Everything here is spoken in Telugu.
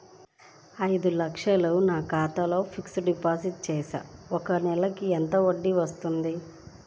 ఒక ఐదు లక్షలు నా ఖాతాలో ఫ్లెక్సీ డిపాజిట్ చేస్తే ఒక నెలకి ఎంత వడ్డీ వర్తిస్తుంది?